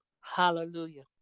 Hallelujah